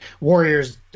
Warriors